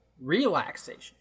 relaxation